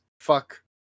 fuck